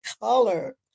color